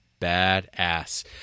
badass